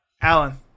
Alan